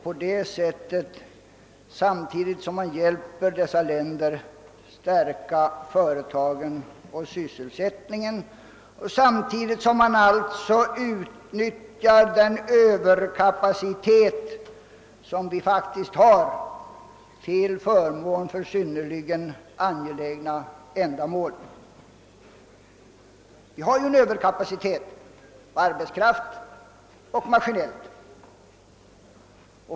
På det sättet skulle man, samtidigt som man hjälper dessa länder, stärka företagen och sysselsättningen i vårt land och alltså utnyttja den överkapacitet, som vi faktiskt har, till förmån för synnerligen angelägna ändamål. Vi har ju en överkapacitet för närvarande, både i arbetskraft och maskinellt.